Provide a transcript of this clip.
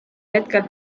hetkel